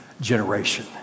generation